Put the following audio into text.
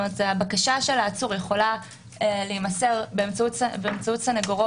בקשת העצור יכולה להימסר באמצעות סנגורו